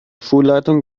schulleitung